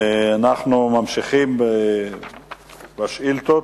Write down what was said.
אנחנו ממשיכים בשאילתות.